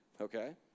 okay